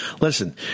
Listen